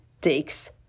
takes